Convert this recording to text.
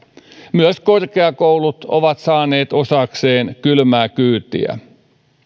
myös korkeakoulut ovat saaneet osakseen kylmää kyytiä